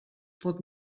pot